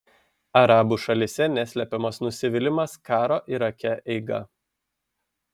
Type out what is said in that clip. arabų šalyse neslepiamas nusivylimas karo irake eiga